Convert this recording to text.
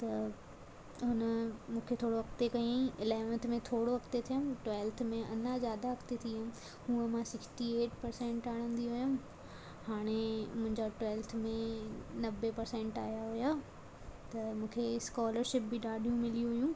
त हुन मूंखे थोरो अॻिते कयाईं इलेविंथ में थोरो अॻिते थियमि ट्वेल्थ में अञा ज्यादा अॻिते थी वियमि हूंअं मां सिक्सटी एट पर्सेंट आणंदी हुयम हाणे मुंहिंजा ट्वेल्थ में नवे पर्सेंट आया हुया त मूंखे स्कोलरशिप बि ॾाढियूं मिलियूं हुयूं